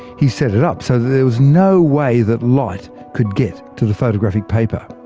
he set it up so that there was no way that light could get to the photographic paper.